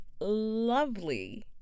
lovely